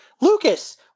Lucas